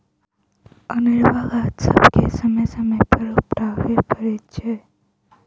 अनेरूआ गाछ सभके समय समय पर उपटाबय पड़ैत छै